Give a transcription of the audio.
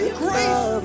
grace